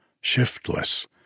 shiftless